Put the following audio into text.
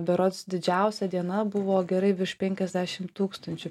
berods didžiausia diena buvo gerai virš penkiasdešim tūkstančių